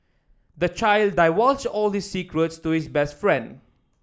the child divulged all his secrets to his best friend